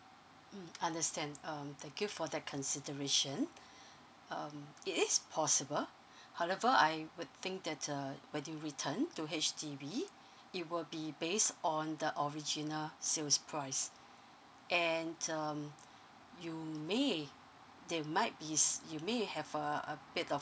mm understand um thank you for that consideration um it is possible however I would think that uh when you return to H_D_B it will be based on the original sales price and um you may they might be s~ you may have a a bit of